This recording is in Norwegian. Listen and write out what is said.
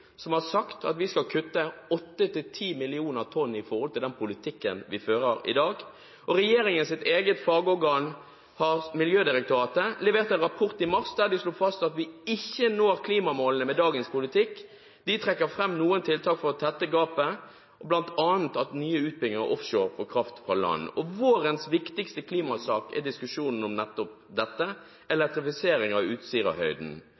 som har sagt at vi skal kutte 8–10 millioner tonn i forhold til den politikken vi fører i dag. Regjeringens eget fagorgan, Miljødirektoratet, leverte en rapport i mars der de slo fast at vi ikke når klimamålene med dagens politikk. De trekker fram noen tiltak for å tette gapet, bl.a. at nye utbygginger offshore får kraft fra land. Vårens viktigste klimasak er diskusjonen om nettopp dette – elektrifisering av Utsirahøyden.